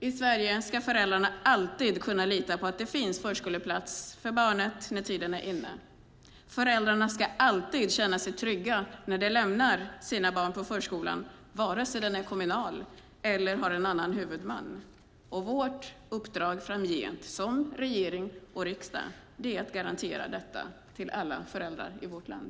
I Sverige ska föräldrarna alltid kunna lita på att det finns förskoleplats för barnet när tiden är inne. Föräldrarna ska alltid känna sig trygga när de lämnar sina barn på förskolan, vare sig den är kommunal eller har en annan huvudman. Vårt uppdrag framgent som regering och riksdag är att garantera detta till alla föräldrar i vårt land.